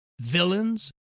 villains